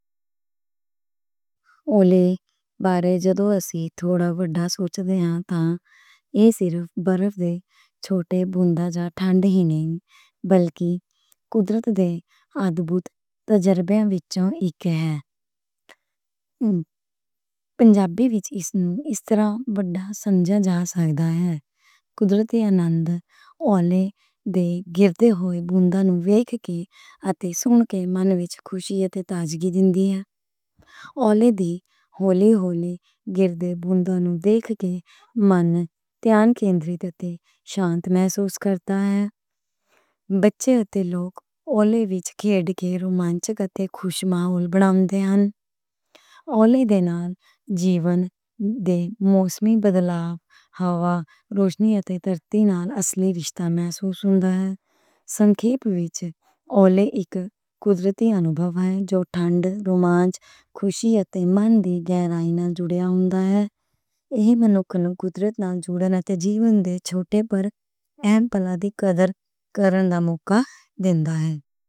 اولے بارے جدوں اسی تھوڑا وڈا سوچدے آں تاں، ایہ صرف برف دے چھوٹے بوند آں جا ٹھنڈ ہی نہیں، بلکہ قدرت دے عجوبہ تجربیاں وچوں اک ہے۔ پنجابی وچ اس طرح وڈا سمجھا جا سکدا ہے، قدرتی انند اولے دے گردے ہوئے بوند نوں ویکھ کے اتے سن کے من وچ خوشی اتے تازگی دِندی ہے۔ اولے دی ہولی ہولی گردے بوند نوں ویکھ کے من دھیان کیندرت اتے شانت محسوس کردا ہے۔ بچے اتے لوک اولے وچ کھیڈ کے رومانچ اتے خوش ماحول ودھاؤندے ہن۔ اولے دے نال جیوݨ دے موسمی بدلاؤ، ہوا، روشنی اتے دھرتی نال اصلی رشتہ محسوس ہوندا ہے۔ سنکھیپ وچ اولے اک قدرتی انبھو ہے جو ٹھنڈ، رومانچ، خوشی اتے من دی گہرائی نال جڑیا آوندا ہے۔ ایہہ منکھ نوں قدرت نال جڑے نتّے جیوݨ دے چھوٹے پر اہم پل دی قدر کرݨ دا موقعہ دیندا ہے۔